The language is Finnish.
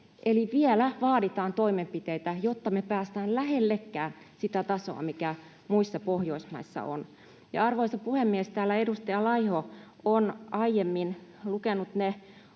vielä vaaditaan toimenpiteitä, jotta me päästään lähellekään sitä tasoa, mikä muissa Pohjoismaissa on. Ja, arvoisa puhemies, täällä edustaja Laiho on aiemmin lukenut ne